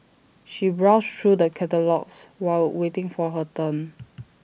she browsed through the catalogues while waiting for her turn